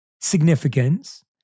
significance